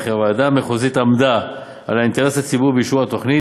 וכי הוועדה המחוזית עמדה על האינטרס הציבורי באישור התוכנית,